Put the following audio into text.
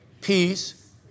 peace